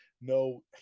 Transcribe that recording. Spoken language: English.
no